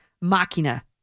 machina